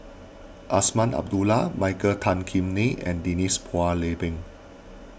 Azman Abdullah Michael Tan Kim Nei and Denise Phua Lay Peng